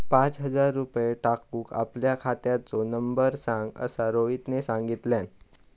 पाच हजार रुपये टाकूक आपल्या खात्याचो नंबर सांग असा रोहितने सांगितल्यान